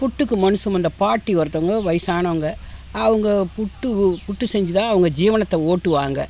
புட்டுக்கு மண் சுமந்த பாட்டி ஒருத்தவங்க வயிசானவங்க அவங்க புட்டு புட்டு செஞ்சி தான் அவங்க ஜீவனத்தை ஓட்டுவாங்கள்